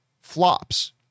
flops